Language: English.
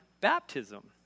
baptism